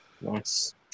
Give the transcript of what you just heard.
nice